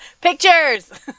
pictures